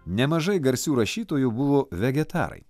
nemažai garsių rašytojų buvo vegetarai